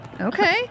Okay